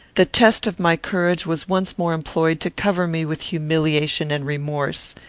the test of my courage was once more employed to cover me with humiliation and remorse.